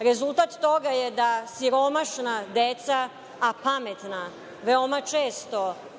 Rezultat toga je da siromašna deca, a pametna, veoma često